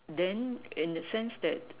then in the sense that